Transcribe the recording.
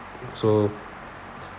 so